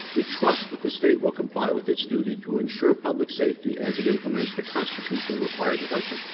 we trust that the state will comply with its duty to ensure public safety as it implements the constitutionally required reduction.